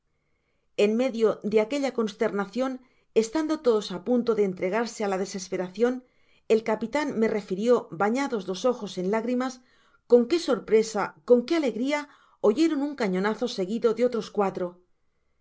en medio de aquella consternacion estando todos á punto de entregarse á la desesperacion el capitan me refirió bañados los ojos en lágrimas con qué sorpresa con qué alegria oyeron un cañonazo seguido de otros cuatro